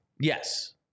Yes